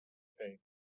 faith